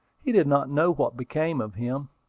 he did not know what became of him.